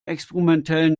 experimentellen